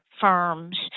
firms